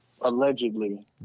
allegedly